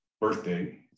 birthday